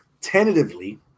Tentatively